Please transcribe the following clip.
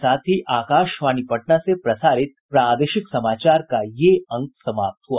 इसके साथ ही आकाशवाणी पटना से प्रसारित प्रादेशिक समाचार का ये अंक समाप्त हुआ